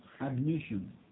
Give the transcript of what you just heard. admission